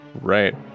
right